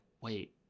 wait